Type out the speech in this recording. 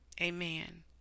Amen